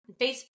Facebook